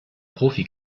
profi